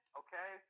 okay